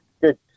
Good